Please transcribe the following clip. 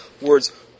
words